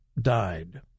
died